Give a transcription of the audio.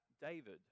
David